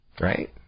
Right